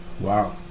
Wow